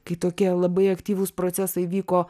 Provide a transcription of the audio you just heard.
kai tokie labai aktyvūs procesai vyko